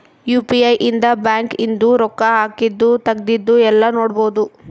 UPI ಇಂದ bank ಇಂದು ರೊಕ್ಕ ಹಾಕಿದ್ದು ತೆಗ್ದಿದ್ದು ಯೆಲ್ಲ ನೋಡ್ಬೊಡು